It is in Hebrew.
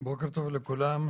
בוקר טוב לכולם.